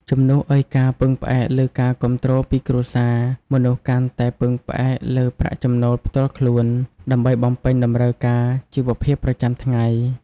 ជំនួសឱ្យការពឹងផ្អែកលើការគាំទ្រពីគ្រួសារ មនុស្សកាន់តែពឹងផ្អែកលើប្រាក់ចំណូលផ្ទាល់ខ្លួនដើម្បីបំពេញតម្រូវការជីវភាពប្រចាំថ្ងៃ។